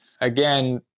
again